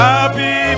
Happy